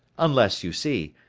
unless, you see,